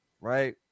right